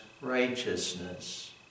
righteousness